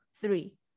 Three